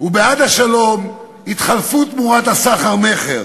ובעד השלום יתחלפו תמורת הסחר-מכר.